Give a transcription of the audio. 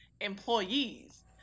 employees